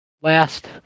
last